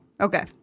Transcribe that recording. Okay